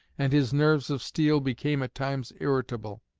and his nerves of steel became at times irritable.